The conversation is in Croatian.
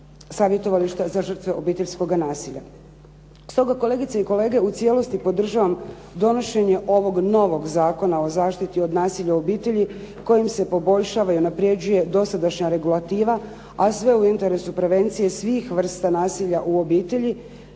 savjetovališta za žrtve obiteljskoga nasilja. Stoga kolegice i kolege, u cijelosti podržavam donošenje ovog novog Zakona o zaštiti od nasilja u obitelji kojim se poboljšava i unapređuje dosadašnja regulativa, a sve u interesu prevencije svih vrsta nasilja u obitelji